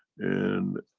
and.